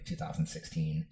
2016